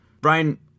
Brian